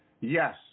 yes